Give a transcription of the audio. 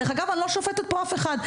דרך אגב, אני לא שופטת פה אף אחד.